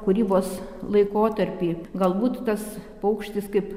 kūrybos laikotarpį galbūt tas paukštis kaip